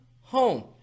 home